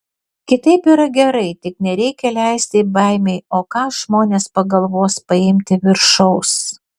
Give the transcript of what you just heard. kitaip yra gerai tik nereikia leisti baimei o ką žmonės pagalvos paimti viršaus